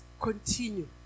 continue